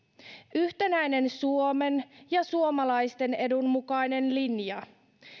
yhtenäinen suomen ja suomalaisten edun mukainen linja